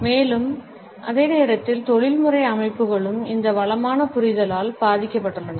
மேலும் அதே நேரத்தில் தொழில்முறை அமைப்புகளும் இந்த வளமான புரிதலால் பாதிக்கப்பட்டுள்ளன